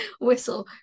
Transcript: Whistle